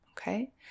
Okay